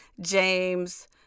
James